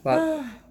but